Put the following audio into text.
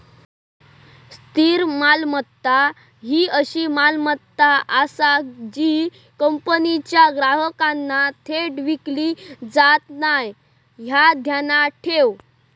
स्थिर मालमत्ता ही अशी मालमत्ता आसा जी कंपनीच्या ग्राहकांना थेट विकली जात नाय, ह्या ध्यानात ठेव